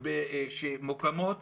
שמוקמות